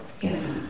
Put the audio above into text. Yes